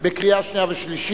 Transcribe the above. (תיקון מס' 51) לקריאה שנייה ושלישית.